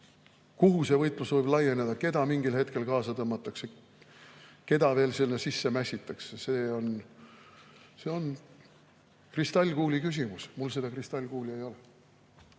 Kuhu see võitlus võib laieneda? Keda mingil hetkel kaasa tõmmatakse? Keda veel sisse mässitakse? See on kristallkuuli küsimus. Mul seda kristallkuuli ei ole.